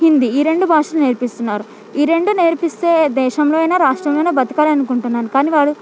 ఈ రెండు భాషలు నేర్పిస్తున్నారు ఈ రెండు నేర్పిస్తే దేశంలో అయినా రాష్ట్రంలో అయినా బతకాలనుకుంటున్నాను కానీ వాడు